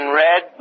red